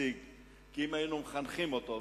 כי אם היינו מחנכים אותו,